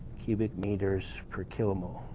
cubic meters per kilomole.